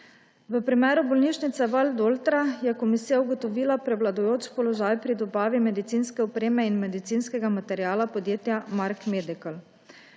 V primeru bolnišnice Valdoltra je komisija ugotovila prevladujoč položaj pri dobavi medicinske opreme in medicinskega materiala podjetja Mark Medical.